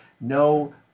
no